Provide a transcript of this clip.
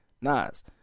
Nas